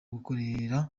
gukorera